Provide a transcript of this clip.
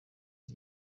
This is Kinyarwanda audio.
iki